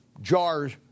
jars